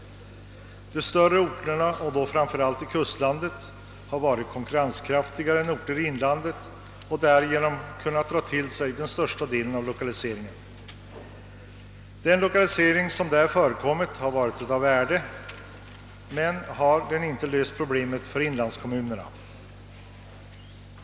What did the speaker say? De större orterna, framför allt sådana i kustlandet, har varit mera konkurrenskraftiga än orter i inlandet och därigenom kunnat dra till sig den största delen av lokaliseringen. Den lokalisering som där förekommit har varit av värde men har ej löst problemen för inlandskommmnerna.